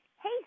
hey